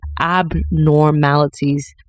abnormalities